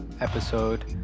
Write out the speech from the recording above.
episode